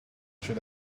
should